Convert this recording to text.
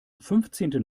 fünfzehnten